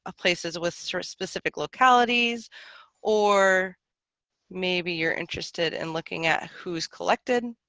ah places with sort of specific localities or maybe you're interested in looking at who's collected.